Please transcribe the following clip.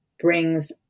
brings